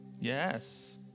Yes